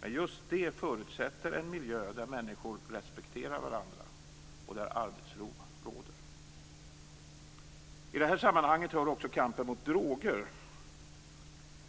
Men just det förutsätter en miljö där människor respekterar varandra och där arbetsro råder. I det här sammanhanget hör också kampen mot droger hemma.